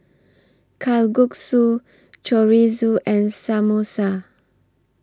Kalguksu Chorizo and Samosa